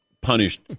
punished